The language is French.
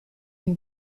une